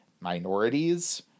minorities